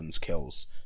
kills